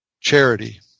Charity